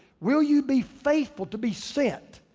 will you be faithful to be sent?